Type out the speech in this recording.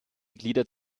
gliedert